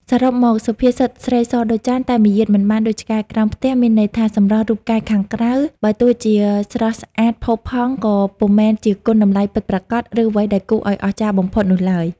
សរុបមក សុភាសិត "ស្រីសដូចចាន តែមាយាទមិនបានដូចឆ្កែក្រោមផ្ទះ" មានន័យថា សម្រស់រូបកាយខាងក្រៅ បើទោះជាស្រស់ស្អាតផូរផង់ ក៏ពុំមែនជាគុណតម្លៃពិតប្រាកដ ឬអ្វីដែលគួរឱ្យអស្ចារ្យបំផុតនោះឡើយ។